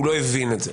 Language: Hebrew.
או הוא לא הבין את זה.